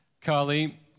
Carly